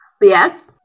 Yes